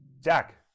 Jack